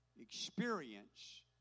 experience